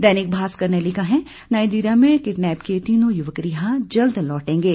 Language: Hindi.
दैनिक भास्कर ने लिखा है नाइजीरिया में किडनैप किए तीनों युवक रिहा जल्द लौटेंगे